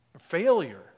Failure